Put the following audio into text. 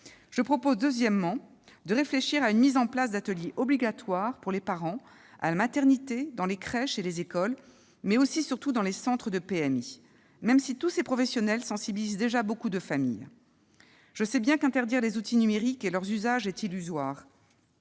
Je propose, deuxièmement, de réfléchir à la mise en place d'ateliers obligatoires pour les parents à la maternité, dans les crèches et les écoles, mais aussi, et surtout, dans les centres de PMI, même si tous ces professionnels sensibilisent déjà beaucoup les familles. Je sais bien qu'interdire les outils numériques et leurs usages est illusoire.